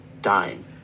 dying